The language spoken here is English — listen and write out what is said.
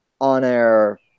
on-air